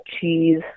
cheese